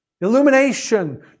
illumination